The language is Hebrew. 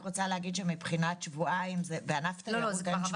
אני רק רוצה להגיד ששבועיים בענף התיירות -- כבר